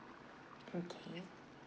okay